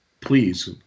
please